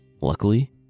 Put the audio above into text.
Luckily